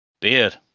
beard